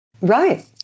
Right